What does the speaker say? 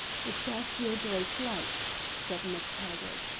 it's as your grace likes, said mactaggart.